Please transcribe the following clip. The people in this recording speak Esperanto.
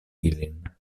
ilin